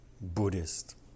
Buddhist